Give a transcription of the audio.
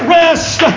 rest